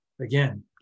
Again